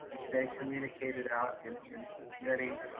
we then communicate it out in in many.